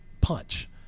punch